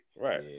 Right